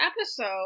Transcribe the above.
episode